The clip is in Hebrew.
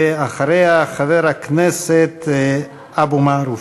ואחריה, חבר הכנסת אבו מערוף.